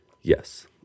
Yes